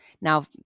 Now